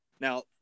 Now